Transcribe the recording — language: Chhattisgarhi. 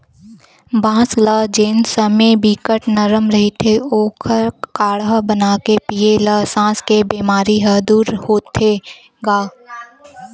बांस ल जेन समे बिकट नरम रहिथे ओखर काड़हा बनाके पीए ल सास के बेमारी ह दूर होथे गा